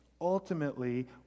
ultimately